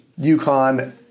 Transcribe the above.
UConn